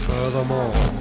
Furthermore